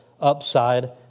upside